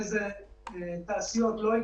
עדיין יש איזה delay מסוים,